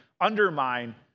undermine